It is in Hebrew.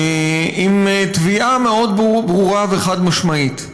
עם תביעה מאוד ברורה וחד-משמעית: